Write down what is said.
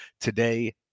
Today